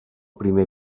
primer